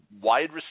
wide